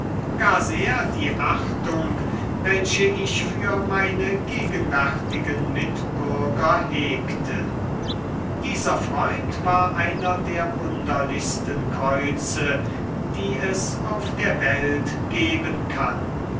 gar sehr die achtung welche ich für meine gegenwärtigen mitbürger hegte dieser freund war einer der wunderlichsten käuze die es auf der welt geben kann